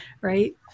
right